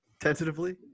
tentatively